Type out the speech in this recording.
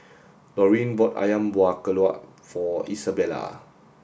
Laurene bought Ayam Buah Keluak for Isabela